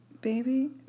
Baby